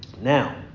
Now